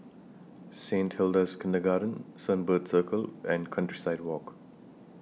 Saint Hilda's Kindergarten Sunbird Circle and Countryside Walk